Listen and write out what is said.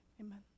amen